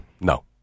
No